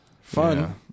Fun